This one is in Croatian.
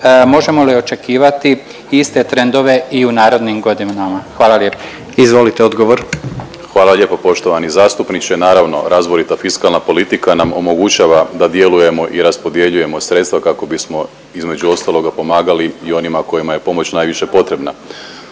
možemo li očekivati iste trendove i u narednim godinama? Hvala lijepo. **Jandroković, Gordan (HDZ)** Izvolite odgovor. **Primorac, Marko** Hvala lijepo poštovani zastupniče. Naravno razborita fiskalna politika nam omogućava da djelujemo i raspodjeljujemo sredstva kako bismo između ostaloga pomagali i onima kojima je pomoć najviše potrebna.